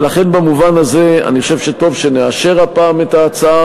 ולכן במובן הזה אני חושב שטוב שנאשר הפעם את ההצעה